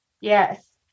Yes